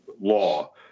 Law